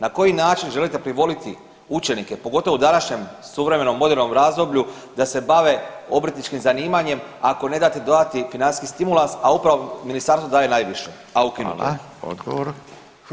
Na koji način želite privoliti učenike pogotovo u današnjem suvremenom, modernom razdoblju da se bave obrtničkim zanimanjem ako ne date dodatni financijski stimulans a upravo ministarstvo daje najviše a ukinuto je.